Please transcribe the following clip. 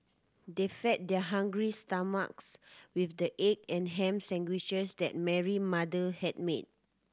they fed their hungry stomachs with the egg and ham sandwiches that Mary mother had made